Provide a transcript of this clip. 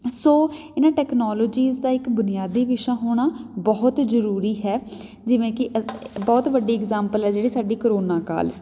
ਸੋ ਇਹਨਾਂ ਟੈਕਨੋਲੋਜੀਸ ਦਾ ਇੱਕ ਬੁਨਿਆਦੀ ਵਿਸ਼ਾ ਹੋਣਾ ਬਹੁਤ ਜ਼ਰੂਰੀ ਹੈ ਜਿਵੇਂ ਕਿ ਅ ਬਹੁਤ ਵੱਡੀ ਐਗਜ਼ਾਮਪਲ ਹੈ ਜਿਹੜੀ ਸਾਡੀ ਕਰੋਨਾ ਕਾਲ